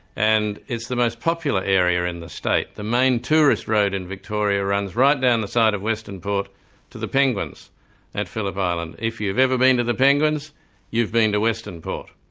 and it's the most popular area in the state. the main tourist road in victoria runs right down the side of western port to the penguins at phillip island. if you've ever been to the penguins you've been to western port.